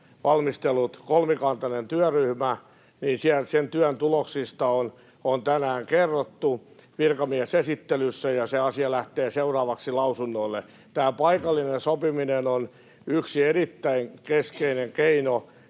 valmistelleen kolmikantaisen työryhmän työn tuloksista on tänään kerrottu virkamiesesittelyssä, ja se asia lähtee seuraavaksi lausunnoille. Tämä paikallinen sopiminen on yksi erittäin keskeinen keino,